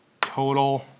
total